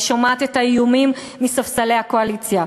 אני שומעת את האיומים מספסלי הקואליציה,